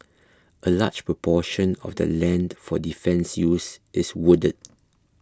a large proportion of the land for defence use is wooded